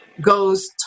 goes